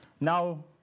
Now